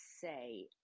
say